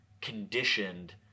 conditioned